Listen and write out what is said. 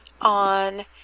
on